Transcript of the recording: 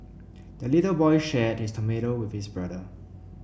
the little boy shared his tomato with his brother